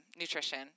nutrition